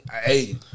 Hey